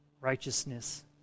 righteousness